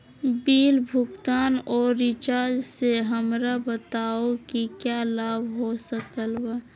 Bill भुगतान और recharge से हमरा बताओ कि क्या लाभ हो सकल बा?